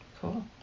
Cool